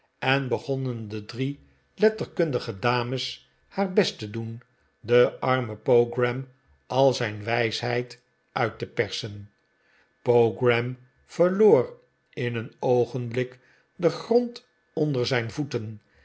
en begonnen de drie letterkundige dames haar best te doen den armen pogram al zijn wijsheid uit te persen pogram verloor in een oogenblik den grond onder zijn voeten